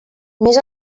més